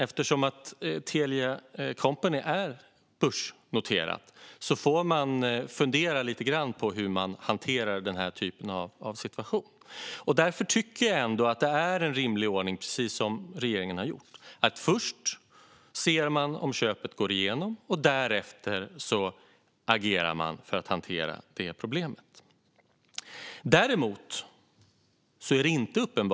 Eftersom Telia Company är börsnoterat får man fundera lite grann på hur man hanterar den typen av situation. Därför tycker jag ändå att det är en rimlig ordning att man först ser om köpet går igenom och därefter agerar för att hantera problemet, vilket är precis vad regeringen har gjort.